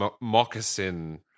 moccasin